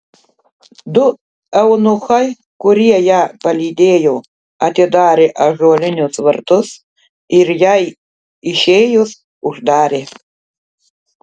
du eunuchai kurie ją palydėjo atidarė ąžuolinius vartus ir jai išėjus uždarė